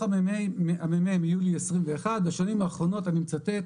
הממ"מ מיולי 2021, בשנים האחרונות, אני מצטט,